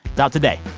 it's out today.